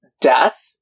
death